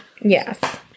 Yes